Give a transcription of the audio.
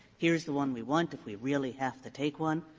here is the one we want if we really have to take one.